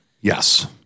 Yes